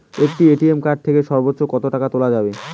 একটি ATM card থেকে সর্বোচ্চ কত টাকা তোলা যাবে?